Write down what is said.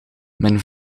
mijn